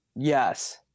Yes